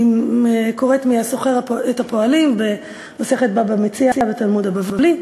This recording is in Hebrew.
אני קוראת מ"השוכר את הפועלים" במסכת בבא מציעא בתלמוד הבבלי,